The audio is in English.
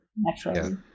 naturally